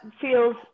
feels